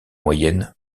moyenne